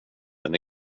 den